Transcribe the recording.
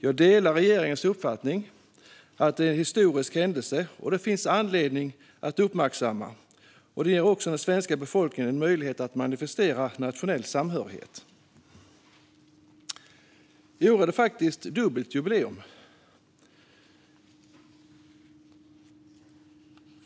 Jag delar regeringens uppfattning att det är en historisk händelse som det finns anledning att uppmärksamma. Det ger också den svenska befolkningen en möjlighet att manifestera nationell samhörighet. I år är det faktiskt dubbelt jubileum.